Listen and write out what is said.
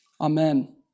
Amen